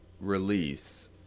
release